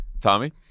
Tommy